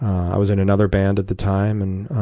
i was in another band at the time, and